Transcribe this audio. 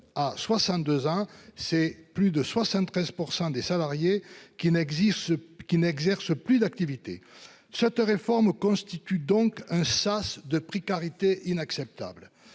à 62 ans, c'est plus de 73% des salariés qui n'existe ce qui n'exerce plus d'activité. Cette réforme constitue donc un sas de précarité, inacceptable,